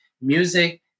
music